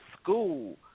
school